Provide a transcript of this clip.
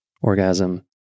orgasm